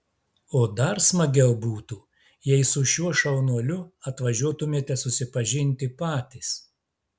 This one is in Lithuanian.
o dar smagiau būtų jei su šiuo šaunuoliu atvažiuotumėte susipažinti patys